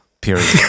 period